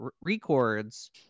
records